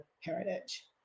heritage